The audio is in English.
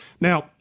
Now